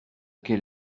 quel